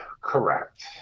Correct